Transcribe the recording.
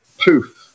poof